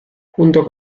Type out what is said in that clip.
junto